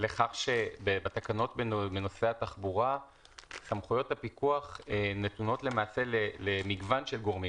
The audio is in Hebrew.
לכך שבתקנות בנושא תחבורה סמכויות הפיקוח נתונות למגוון של גורמים.